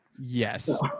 Yes